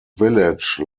village